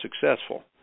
successful